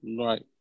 right